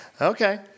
Okay